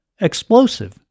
explosive